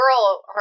girl